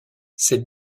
cette